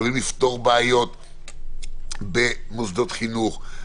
יכולים לפתור בעיות במוסדות חינוך,